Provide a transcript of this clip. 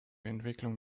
entwicklung